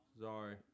Sorry